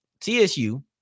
TSU